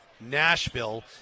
Nashville